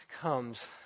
comes